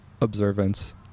observance